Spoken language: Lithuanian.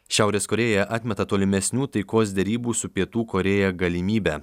šiaurės korėja atmeta tolimesnių taikos derybų su pietų korėja galimybę